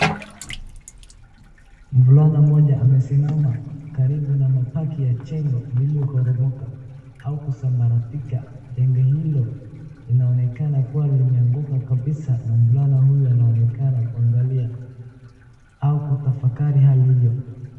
Mvulana moja amesimama karibu na mabaki ya jengo lililoporomoka au kusambaratika, jengo hilo linaonekana kuwa limeanguka kabisaa na mvulana huyu anaonekana kuangalia au kutafakari hali hiyo.